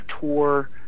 tour